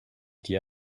dir